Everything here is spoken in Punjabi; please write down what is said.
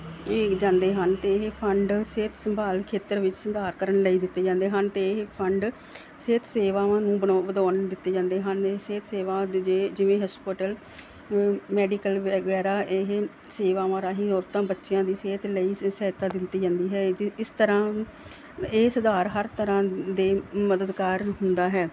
ਇਹ ਜਾਂਦੇ ਹਨ ਤੇ ਇਹ ਫੰਡ ਸਿਹਤ ਸੰਭਾਲ ਖੇਤਰ ਵਿੱਚ ਸੁਧਾਰ ਕਰਨ ਲਈ ਦਿੱਤੇ ਜਾਂਦੇ ਹਨ ਤੇ ਇਹ ਫੰਡ ਸਿਹਤ ਸੇਵਾਵਾਂ ਨੂੰ ਵਧਾਉਣ ਨੂੰ ਦਿੱਤੇ ਜਾਂਦੇ ਹਨ ਸਿਹਤ ਸੇਵਾਵਾਂ ਜੇ ਜਿਵੇਂ ਹਸਪਤਾਲ ਮੈਡੀਕਲ ਵਗੈਰਾ ਇਹ ਸੇਵਾਵਾਂ ਰਾਹੀਂ ਔਰਤਾਂ ਬੱਚਿਆਂ ਦੀ ਸਿਹਤ ਲਈ ਸਹਾਇਤਾ ਦਿੱਤੀ ਜਾਂਦੀ ਹੈ ਇਹ ਇਸ ਤਰ੍ਹਾਂ ਇਹ ਸੁਧਾਰ ਹਰ ਤਰ੍ਹਾਂ ਦੇ ਮਦਦਗਾਰ ਹੁੰਦਾ ਹੈ